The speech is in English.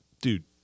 dude